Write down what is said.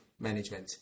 management